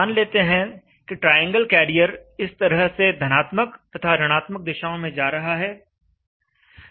मान लेते हैं कि ट्रायंगल कैरियर इस तरह से धनात्मक तथा ऋणात्मक दिशाओं में जा रहा है